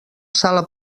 sala